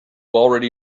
already